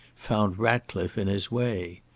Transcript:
found ratcliffe in his way.